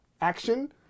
action